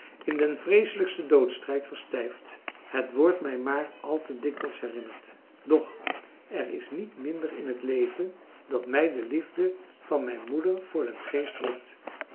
in den vreeselijksten doodstrijd verstijfd het wordt mij maar al te dikwijls herinnerd doch er is niet minder françois haverschmidt familie en kennissen in het leven dat mij de liefde van mijn moeder voor den geest roept